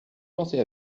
danser